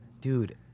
Dude